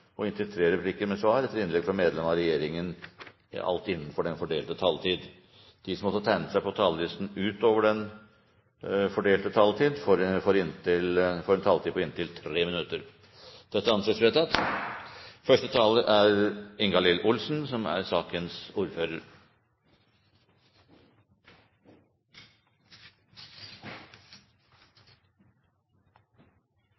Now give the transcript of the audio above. og inntil tre replikker med svar etter innlegg fra medlem av regjeringen innenfor den fordelte taletid. Videre blir det foreslått at de som måtte tegne seg på talerlisten utover den fordelte taletid, får en taletid på inntil 3 minutter. – Det anses vedtatt. Kommuneproposisjonen er